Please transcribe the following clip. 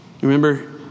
Remember